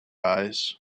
eyes